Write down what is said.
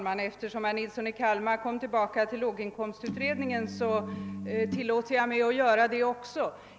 Herr talman! Herr Nilsson i Kalmar återkom till låginkomstutredningen, och jag tillåter mig att också göra det.